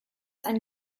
ein